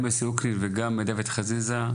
גם יוסי אוקנין וגם דוד חזיזה,